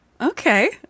Okay